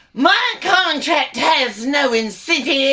my contract has no incentives